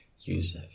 use